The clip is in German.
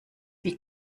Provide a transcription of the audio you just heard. wie